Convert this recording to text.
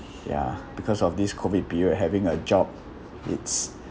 ya because of this COVID period having a job it's